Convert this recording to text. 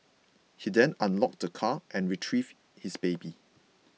he then unlocked the car and retrieved his baby